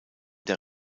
der